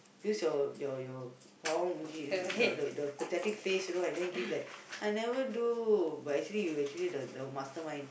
use your your your the the the pathetic face you know and then give like I never do but actually you actually the the mastermind